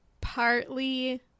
partly